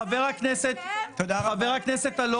חברת הכנסת סטרוק,